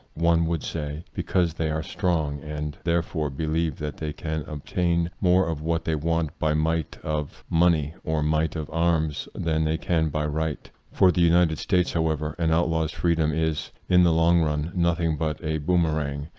one would say, because they are strong, and therefore believe that they can obtain more of what they want by might of i money or might of arms than they can by right. for the united states, however, an outlaw's freedom is, in! the long run, nothing but a boom erang.